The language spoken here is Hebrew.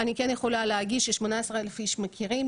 אני כן יכולה להגיד ש-18,000 איש מכירים,